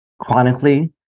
chronically